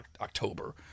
October